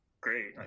great